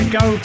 go